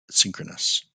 synchronous